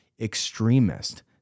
extremist